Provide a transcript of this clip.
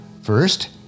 first